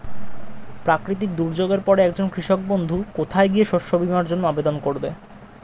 প্রাকৃতিক দুর্যোগের পরে একজন কৃষক বন্ধু কোথায় গিয়ে শস্য বীমার জন্য আবেদন করবে?